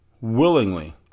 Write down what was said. willingly